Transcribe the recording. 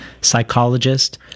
psychologist